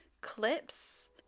clips